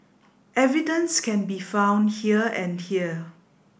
evidence can be found here and here